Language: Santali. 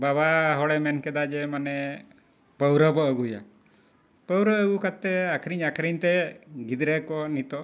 ᱵᱟᱵᱟ ᱦᱚᱲᱮ ᱢᱮᱱ ᱠᱮᱫᱟ ᱡᱮ ᱢᱟᱱᱮ ᱯᱟᱹᱣᱨᱟᱹ ᱵᱚ ᱟᱹᱜᱩᱭᱟ ᱯᱟᱹᱣᱨᱟᱹ ᱟᱹᱜᱩ ᱠᱟᱛᱮᱫ ᱟᱹᱠᱷᱟᱨᱤᱧ ᱟᱹᱠᱷᱨᱤᱧ ᱛᱮ ᱜᱤᱫᱽᱨᱟᱹ ᱠᱚ ᱱᱤᱛᱳᱜ